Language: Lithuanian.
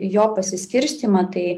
jo pasiskirstymą tai